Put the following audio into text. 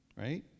right